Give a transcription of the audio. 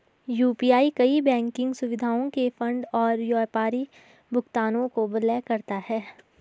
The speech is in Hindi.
यू.पी.आई कई बैंकिंग सुविधाओं के फंड और व्यापारी भुगतानों को विलय करता है